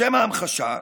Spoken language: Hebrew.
לשם ההמחשה,